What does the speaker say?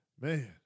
man